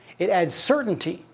it adds certainty.